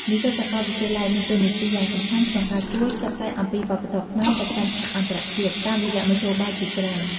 និស្សិតសាកលវិទ្យាល័យមានតួនាទីយ៉ាងសំខាន់ក្នុងការជួយ ផ្សព្វផ្សាយអំពីវប្បធម៌ខ្មែរទៅកាន់ឆាកអន្តរជាតិ តាមរយៈមធ្យោបាយជាច្រើន។